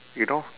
you know